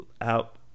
out